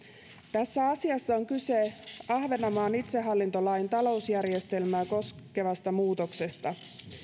tässä asiassa on kyse ahvenanmaan itsehallintolain talousjärjestelmää koskevasta muutoksesta